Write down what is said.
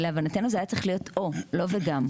להבנתנו זה היה צריך להיות "או", לא "וגם".